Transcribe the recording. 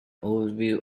overview